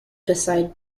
beside